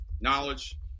knowledge